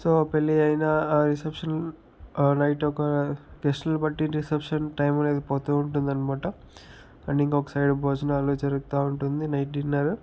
so పెళ్ళి అయినా reception night ఒక గెస్ట్లను బట్టి రిసెప్షన్ టైం అనేది పోతూ ఉంటుంది అనమాట అండ్ ఇంకొక సైడ్ భోజనాలు జరుగుతూ ఉంటుంది నైట్ డిన్నర్